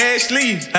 Ashley